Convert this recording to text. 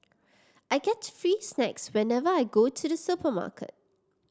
I get free snacks whenever I go to the supermarket